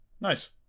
Nice